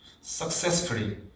Successfully